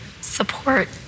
support